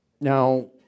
Now